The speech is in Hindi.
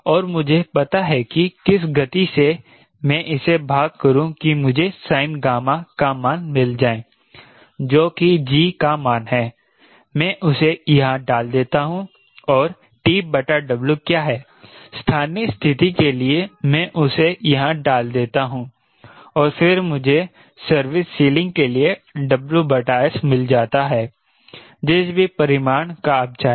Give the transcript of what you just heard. और मुझे पता है कि किस गति से में इसे भाग करूं कि मुझे sin का मान मिल जाए जो कि G का मान है में उसे यहां डाल देता हूं और TW क्या है स्थानीय स्थिति के लिए मैं उसे यहां डाल देता हूं और फिर मुझे सर्विस सीलिंग के लिए WS मिल जाता है जिस भी परिमाण का आप चाहें